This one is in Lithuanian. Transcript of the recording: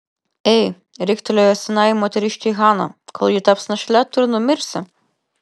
ei riktelėjo senajai moteriškei hana kol ji taps našle tu ir numirsi